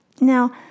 Now